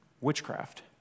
witchcraft